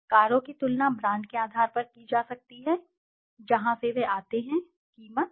कारों की तुलना ब्रांड के आधार पर की जा सकती है जहां से वे आते हैं कीमत दक्षता